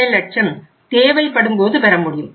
5 லட்சம் தேவைப்படும்போது பெறமுடியும்